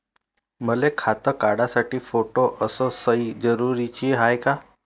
मले खातं काढासाठी फोटो अस सयी जरुरीची हाय का?